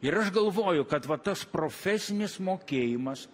ir aš galvoju kad vat tas profesinis mokėjimas